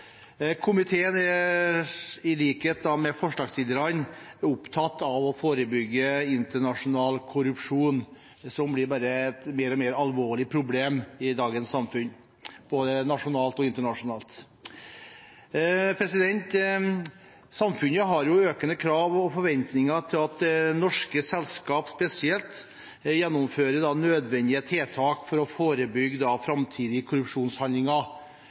Komiteen er i likhet med forslagsstillerne opptatt av å forebygge internasjonal korrupsjon, som blir bare et mer og mer alvorlig problem i dagens samfunn, både nasjonalt og internasjonalt. Samfunnet har økende krav og forventninger til at norske selskaper, spesielt, gjennomfører nødvendige tiltak for å forebygge framtidige korrupsjonshandlinger.